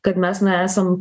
kad mes na esam